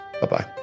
Bye-bye